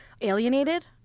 alienated